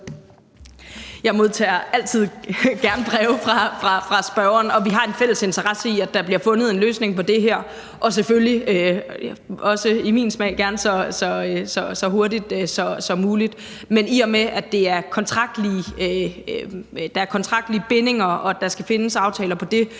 Jeg modtager altid gerne breve fra spørgeren, og vi har en fælles interesse i, at der bliver fundet en løsning på det her, og selvfølgelig gerne så hurtigt som muligt. Men i og med at der er kontraktlige bindinger, og at der skal findes aftaler på det,